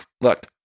look